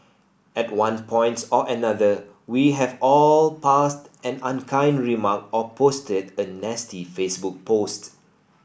at one point or another we have all passed an unkind remark or posted a nasty Facebook post